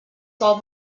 saw